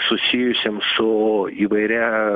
susijusiems su įvairia